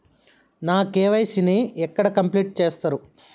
నా కే.వై.సీ ని ఎక్కడ కంప్లీట్ చేస్తరు?